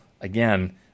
again